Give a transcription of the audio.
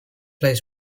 lies